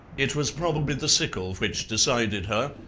it was probably the sickle which decided her,